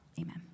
amen